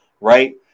right